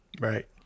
Right